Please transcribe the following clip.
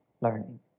learning